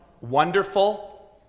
Wonderful